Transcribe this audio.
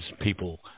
people